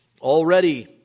already